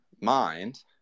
mind